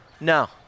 No